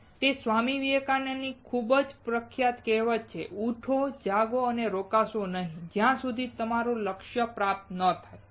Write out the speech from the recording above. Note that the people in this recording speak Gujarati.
અને તે સ્વામી વિવેકાનંદની ખૂબ પ્રખ્યાત કહેવત છે ઉઠો જાગો અને રોકશો નહીં જ્યાં સુધી તમારું લક્ષ્ય પ્રાપ્ત ન થાય